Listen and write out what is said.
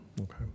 Okay